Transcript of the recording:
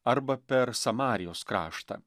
arba per samarijos kraštą